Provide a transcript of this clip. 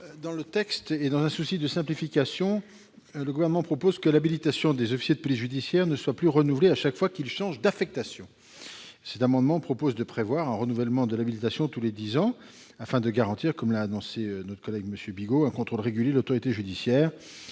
amendement. Dans un souci de simplification, le Gouvernement a proposé que l'habilitation des officiers de police judiciaire, les OPJ, ne soit plus renouvelée à chaque fois qu'ils changent d'affectation. Le présent amendement tend à prévoir un renouvellement de l'habilitation tous les dix ans, afin de garantir, comme l'a indiqué Jacques Bigot, un contrôle régulier de l'autorité judiciaire.